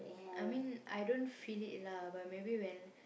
I mean I don't feel it lah but maybe when